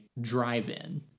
drive-in